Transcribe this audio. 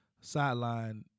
sideline